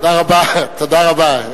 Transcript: תודה רבה.